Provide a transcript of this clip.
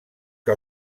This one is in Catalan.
que